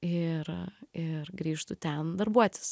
ir ir grįžtu ten darbuotis